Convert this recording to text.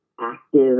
active